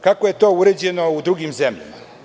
Kako je to uređeno u drugim zemljama?